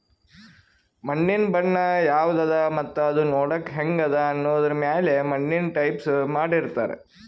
ಮಣ್ಣಿನ್ ಬಣ್ಣ ಯವದ್ ಅದಾ ಮತ್ತ್ ಅದೂ ನೋಡಕ್ಕ್ ಹೆಂಗ್ ಅದಾ ಅನ್ನದರ್ ಮ್ಯಾಲ್ ಮಣ್ಣಿನ್ ಟೈಪ್ಸ್ ಮಾಡಿರ್ತಾರ್